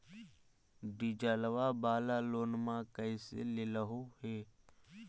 डीजलवा वाला लोनवा कैसे लेलहो हे?